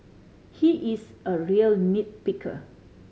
he is a real nit picker